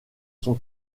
son